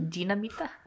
Dinamita